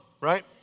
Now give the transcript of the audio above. right